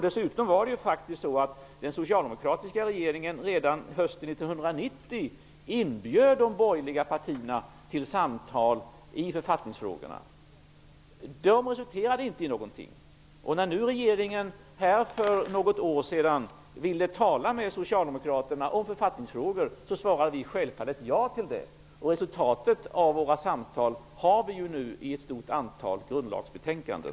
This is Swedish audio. Dessutom inbjöd den socialdemokratiska regeringen redan hösten 1990 de borgerliga partierna till samtal i författningsfrågorna. De resulterade inte i någonting. När nu regeringen för något år sedan ville tala med Socialdemokraterna om författningsfrågor svarade vi självfallet ja till det. Resultatet av våra samtal har vi nu i ett stort antal grundlagsbetänkanden.